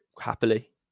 happily